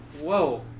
Whoa